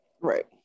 Right